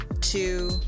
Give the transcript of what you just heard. two